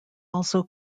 also